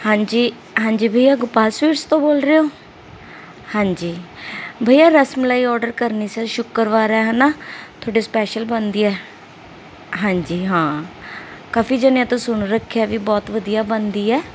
ਹਾਂਜੀ ਹਾਂਜੀ ਬਈਆ ਗੋਪਾਲ ਸਵੀਟਸ ਤੋਂ ਬੋਲ ਰਹੇ ਹੋ ਹਾਂਜੀ ਬਈਆ ਰਸ ਮਲਾਈ ਆਡਰ ਕਰਨੀ ਸਰ ਸ਼ੁਕਰਵਾਰ ਹੈ ਹਨਾ ਤੁਹਾਡੇ ਸਪੈਸ਼ਲ ਬਣਦੀ ਹੈ ਹਾਂਜੀ ਹਾਂ ਕਾਫੀ ਜਨਿਆ ਤੋਂ ਸੁਣ ਰੱਖਿਆ ਵੀ ਬਹੁਤ ਵਧੀਆ ਬਣਦੀ ਹੈ